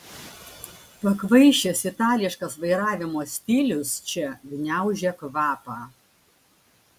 pakvaišęs itališkas vairavimo stilius čia gniaužia kvapą